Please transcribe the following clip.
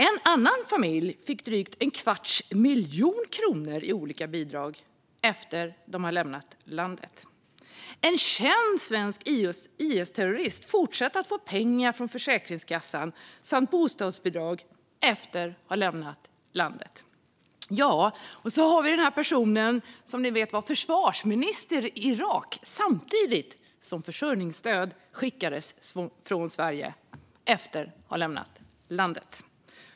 En annan familj fick drygt en kvarts miljon kronor i olika bidrag, efter att de lämnat landet. En känd svensk IS-terrorist fortsatte att få pengar från Försäkringskassan samt bostadsbidrag, efter att ha lämnat landet. Ja, så har vi den person som ni vet var försvarsminister i Irak samtidigt som försörjningsstöd skickades från Sverige, efter att han hade lämnat landet.